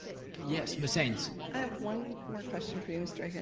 okay yes, ms. haynes. and one more question for you mr. akin.